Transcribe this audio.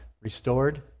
restored